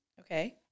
okay